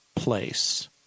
place